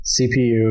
CPU